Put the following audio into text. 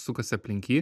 sukasi aplink jį